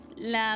La